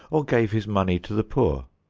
or gave his money to the poor.